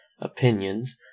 opinions